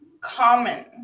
common